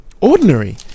ordinary